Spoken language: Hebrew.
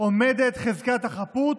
עומדת חזקת החפות,